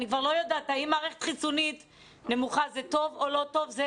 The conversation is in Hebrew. אני כבר לא יודעת האם מערכת חיסונית נמוכה זה טוב או לא טוב.